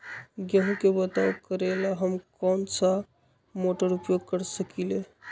गेंहू के बाओ करेला हम कौन सा मोटर उपयोग कर सकींले?